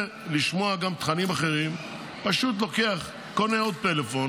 לשמוע גם תכנים אחרים פשוט קונה עוד פלאפון,